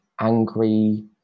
angry